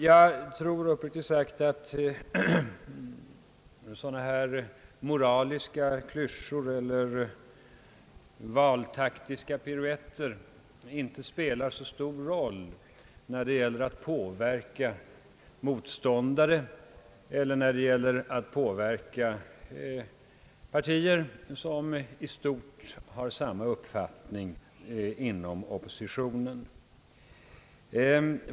Jag tror uppriktigt sagt att sådana moraliska klyschor eller valtaktiska piruetter inte spelar så stor roll när det gäller att påverka motståndare eller partier som i stort har samma uppfattning inom oppositionen.